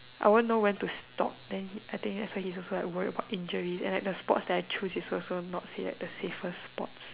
I won't know when to stop then I think that's why he's also worried about injuries and like the sports that I choose is also not say like the safest sports